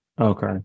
Okay